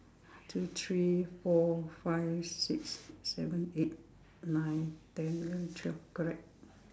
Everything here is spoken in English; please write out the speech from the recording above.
two three four five six seven eight nine ten eleven twelve correct